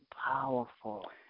powerful